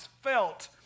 felt